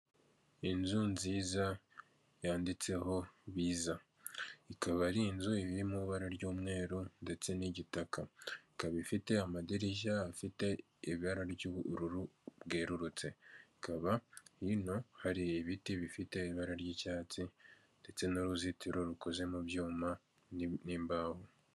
Inzu nziza yanditseho biza ikaba ari inzu iri mu ibara ry'umweru, ndetse n'igitaka ikaba ifite amadirishya afite ibara ry'ubururu bwerurutse. Ikaba hino hari ibiti bifite ibara ry'icyatsi, ndetse n'uruzitiro rukoze mu byuma, n'imbaho.